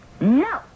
No